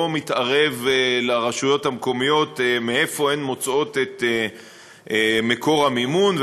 לא מתערב לרשויות המקומיות מאיפה הן מוצאות את מקור המימון,